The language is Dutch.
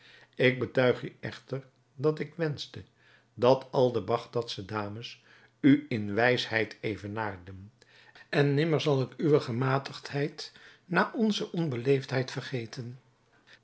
ik betuig u echter dat ik wenschte dat al de bagdadsche dames u in wijsheid evenaarden en nimmer zal ik uwe gematigdheid na onze onbeleefdheid vergeten